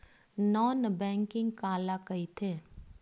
Non banking काला कइथे?